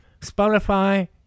spotify